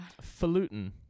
falutin